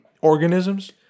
organisms